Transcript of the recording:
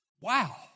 Wow